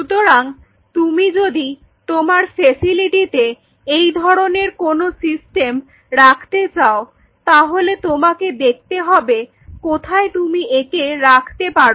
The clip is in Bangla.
সুতরাং তুমি যদি তোমার ফ্যাসিলিটিতে এই ধরনের কোন সিস্টেম রাখতে চাও তাহলে তোমাকে দেখতে হবে কোথায় তুমি একে রাখতে পারো